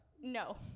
No